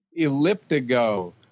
elliptigo